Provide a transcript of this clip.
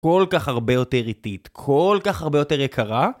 כל כך הרבה יותר איטית, כל כך הרבה יותר יקרה.